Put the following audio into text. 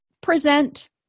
present